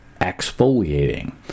exfoliating